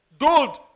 gold